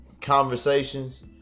conversations